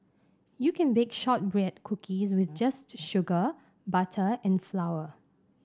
you can bake shortbread cookies with just sugar butter and flour